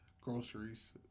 groceries